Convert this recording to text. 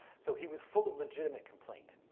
so he was full of legitimate complaint.